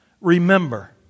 Remember